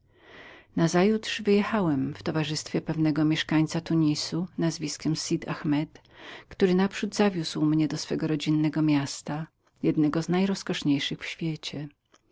nazajutrz wyjechałem w towarzystwie pewnego mieszkańca z tunis nazwiskiem sud ahmeta który naprzód zawiózł mnie do swego rodzinnego miasta jednego z najroskoszniejszych w świecie